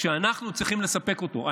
שאנחנו צריכים לספק אותו.